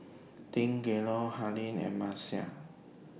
Deangelo Harlene and Marcia